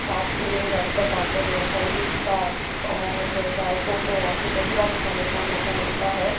शास्त्रीय नर्तक आते हैं संगीतकार और गायकों को अपनी प्रतिभा दिखाने का मौका मिलता है